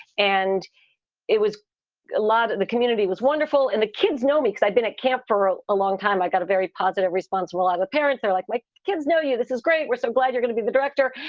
and it was a lot of the community was wonderful. and the kids know. i've been at camp for a a long time. i got a very positive response. well, i've a parent. they're like my like kids know you. this is great. we're so glad you're gonna be the director.